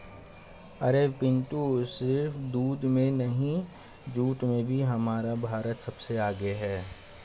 अरे पिंटू सिर्फ दूध में नहीं जूट में भी हमारा भारत सबसे आगे हैं